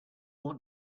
want